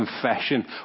confession